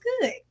good